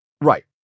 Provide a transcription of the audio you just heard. Right